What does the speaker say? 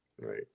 right